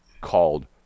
called